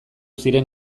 ziren